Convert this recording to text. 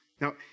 Now